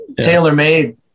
tailor-made